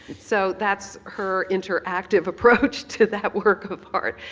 so that's her interactive approach to that work of art.